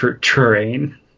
terrain